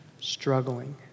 struggling